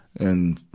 and,